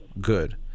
good